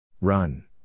Run